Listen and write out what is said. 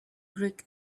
greek